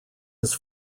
his